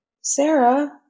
Sarah